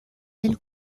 del